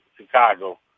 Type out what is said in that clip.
Chicago